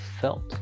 felt